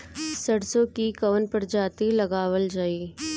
सरसो की कवन प्रजाति लगावल जाई?